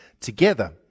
together